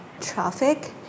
traffic